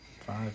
Five